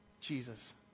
Jesus